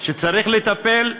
שצריך לטפל,